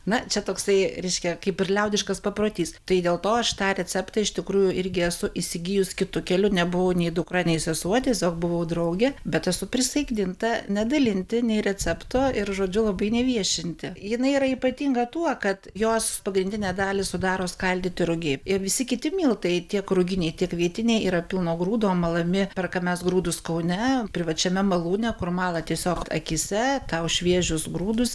na čia toksai reiškia kaip ir liaudiškas paprotys tai dėl to aš tą receptą iš tikrųjų irgi esu įsigijus kitu keliu nebuvau nei dukra nei sesuo tiesiog buvau draugė bet esu prisaikdinta nedalinti nei recepto ir žodžiu labai neviešinti jinai yra ypatinga tuo kad jos pagrindinę dalį sudaro skaldyti rugiai ir visi kiti miltai tiek ruginiai tiek kvietiniai yra pilno grūdo malami perkam mes grūdus kaune privačiame malūne kur mala tiesiog akyse tau šviežius grūdus